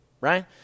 right